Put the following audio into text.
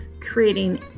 creating